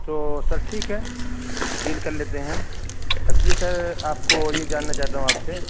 تو سر ٹھیک ہے ڈیل کر لیتے ہیں ہم ایکچولی سر آپ کو یہ جاننا چاہتا ہوں آپ سے